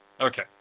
Okay